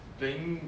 playing